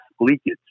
leakage